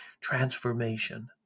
transformation